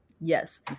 Yes